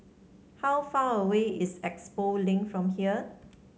how far away is Expo Link from here